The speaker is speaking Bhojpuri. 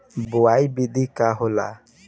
बुआई विधि का होला?